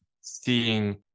seeing